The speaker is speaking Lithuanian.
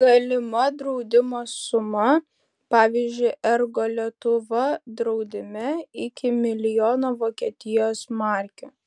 galima draudimo suma pavyzdžiui ergo lietuva draudime iki milijono vokietijos markių